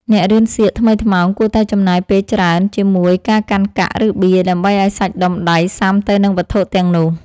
អ្នករៀនសៀកថ្មីថ្មោងគួរតែចំណាយពេលច្រើនជាមួយការកាន់កាក់ ឬ បៀ ដើម្បីឱ្យសាច់ដុំដៃស៊ាំទៅនឹងវត្ថុទាំងនោះ។